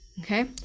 okay